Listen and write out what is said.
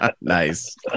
nice